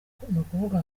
ukuvuga